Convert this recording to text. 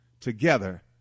together